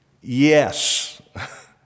Yes